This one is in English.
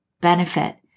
benefit